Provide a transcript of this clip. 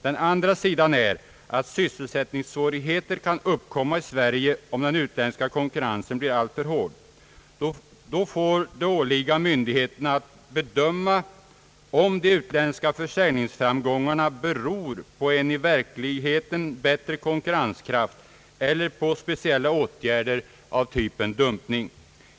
Den andra sidan är att sysselsättningssvårigheter kan uppkomma i Sverige om den utländska konkurrensen blir alltför hård. Då får det åligga myndigheterna att bedöma om de utländska försäljningsframgångarna beror på en i verkligheten bättre konkurrenskraft eller på speciella åtgärder av typen »dumping».